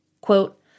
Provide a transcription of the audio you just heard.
Quote